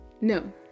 No